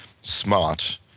smart